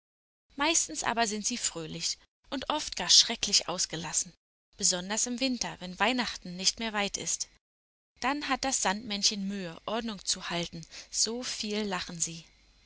meistens aber sind sie fröhlich und oft gar schrecklich ausgelassen besonders im winter wenn weihnachten nicht mehr weit ist dann hat das sandmännchen mühe ordnung zu halten so viel lachen sie